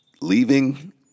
leaving